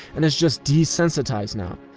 and is just desensitized now.